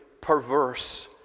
perverse